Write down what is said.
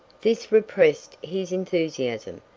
this repressed his enthusiasm.